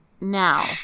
now